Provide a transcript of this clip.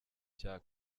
cya